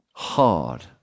Hard